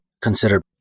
consider